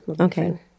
Okay